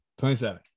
27